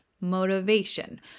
motivation